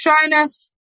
shyness